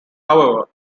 however